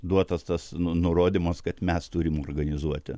duotas tas nu nurodymas kad mes turim organizuoti